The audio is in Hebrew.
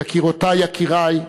יקירותי, יקירי,